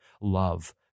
love